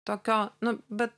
tokio nu bet